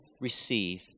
receive